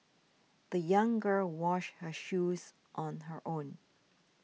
the young girl washed her shoes on her own